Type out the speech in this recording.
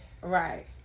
right